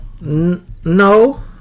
No